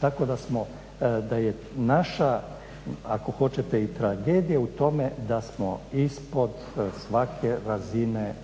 Tako da je naša ako hoćete i tragedija u tome da smo ispod svake razine